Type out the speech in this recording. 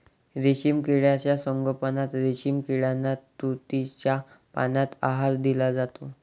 रेशीम किड्यांच्या संगोपनात रेशीम किड्यांना तुतीच्या पानांचा आहार दिला जातो